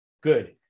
good